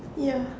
ya